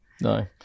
No